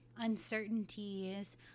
uncertainties